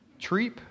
treep